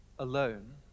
alone